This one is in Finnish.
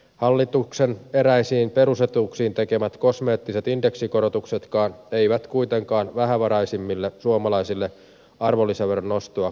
hallituksen eräisiin perusetuuksiin tekemät kosmeettiset indeksikorotuksetkaan eivät kuitenkaan vähävaraisimmille suomalaisille arvonlisäveron nostoa kompensoi